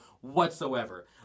whatsoever